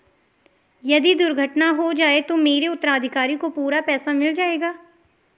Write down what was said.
यदि दुर्घटना हो जाये तो मेरे उत्तराधिकारी को पूरा पैसा मिल जाएगा?